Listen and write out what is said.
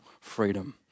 freedom